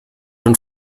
und